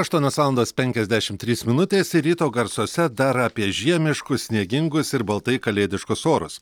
aštuonios valandos penkiasdešim trys minutės ir ryto garsuose dar apie žiemiškus sniegingus ir baltai kalėdiškus orus